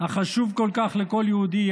החשוב כל כך לכל יהודי,